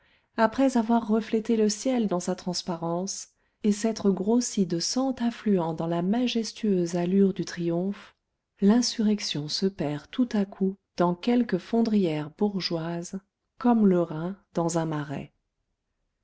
après avoir reflété le ciel dans sa transparence et s'être grossie de cent affluents dans la majestueuse allure du triomphe l'insurrection se perd tout à coup dans quelque fondrière bourgeoise comme le rhin dans un marais